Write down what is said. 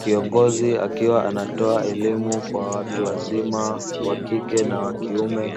Kiongozi akiwa anatoa elimu kwa watu wazima wa kike na wa kiume;